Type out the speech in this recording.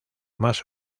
más